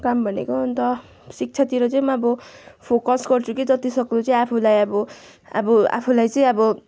काम भनेको अन्त शिक्षातिर चाहिँ अब फोकस गर्छु कि जति सक्दो चाहिँ आफूलाई अब अब आफूलाई चाहिँ अब